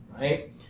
right